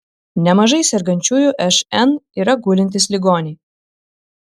nemažai sergančiųjų šn yra gulintys ligoniai